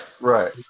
right